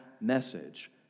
message